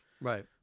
Right